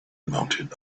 mounted